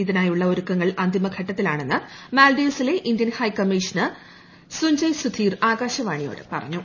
ഇതിനായുള്ള ഒരുക്കങ്ങൾ അന്തിമ് ഘട്ടത്തിലാണെന്ന് മാൽഡീവ്സിലെ ഇന്ത്യൻ ഹൈക്കമ്മീഷണർ സ്റ്റ്ഞ്ജയ് സുധീർ ആകാശവാണിയോട് പറഞ്ഞു